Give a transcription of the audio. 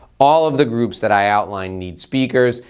all of the groups that i outlined need speakers,